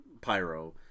pyro